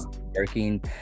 working